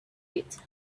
pit